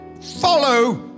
Follow